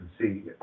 see